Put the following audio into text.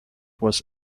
was